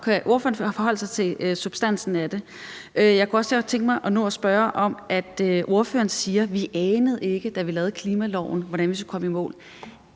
ordføreren ikke forholde sig til substansen af det? Jeg kunne også godt tænke mig at nå at spørge om følgende, for ordføreren siger, at man ikke anede, da man lavede klimaloven, hvordan man skulle komme i mål,